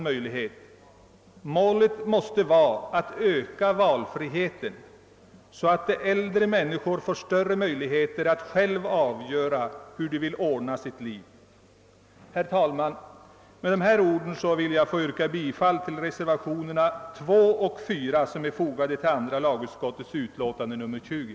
Målet måste vara att öka valfriheten, så att äldre människor får större möjligheter att själva avgöra hur de vill ordna sitt liv. Herr talman! Med dessa ord vill jag yrka bifall till reservationerna 2 och 4 som fogats till andra lagutskottets utlåtande nr 20.